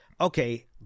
Okay